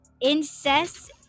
incest